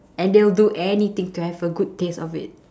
and they will do anything to have a good taste of it